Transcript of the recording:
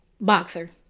Boxer